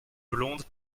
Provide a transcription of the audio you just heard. blondes